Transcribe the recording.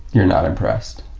you're not impressed.